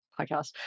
podcast